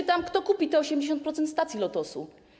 Pytam: Kto kupi te 80% stacji Lotosu?